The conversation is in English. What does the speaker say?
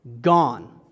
Gone